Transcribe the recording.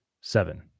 Seven